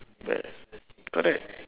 ya correct